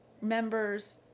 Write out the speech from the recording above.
members